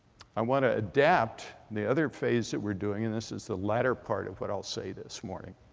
i want to adapt the other phase that we're doing and this is the latter part of what i'll say this morning